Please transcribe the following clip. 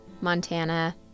Montana